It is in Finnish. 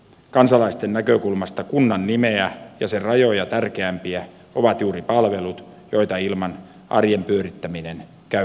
kansalaisten näkökulmasta kunnan nimeä ja sen rajoja tärkeämpiä ovat juuri palvelut joita ilman arjen pyörittäminen käy mahdottomaksi